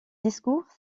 discours